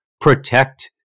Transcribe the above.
protect